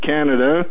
Canada